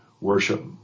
worship